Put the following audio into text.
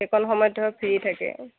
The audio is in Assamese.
সেইকণ সময়ত তেওঁ ফ্ৰী থাকে